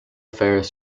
fares